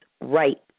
right